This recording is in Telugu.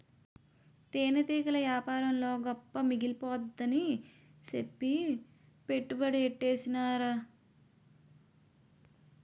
తేనెటీగల యేపారంలో గొప్ప మిగిలిపోద్దని సెప్పి పెట్టుబడి యెట్టీసేనురా